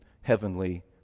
heavenly